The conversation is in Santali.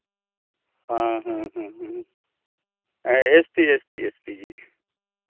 ᱦᱮᱸ ᱦᱮᱸ ᱦᱮᱸ ᱮᱥᱴᱤ ᱮᱥᱴᱤ ᱮᱥᱴᱤ ᱜᱮ